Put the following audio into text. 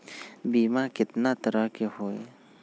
बीमा केतना तरह के होइ?